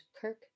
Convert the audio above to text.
Kirk